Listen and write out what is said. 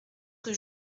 rue